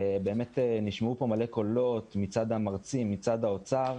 נשמעו כאן הרבה קולות מצד המרצים ומצד האוצר.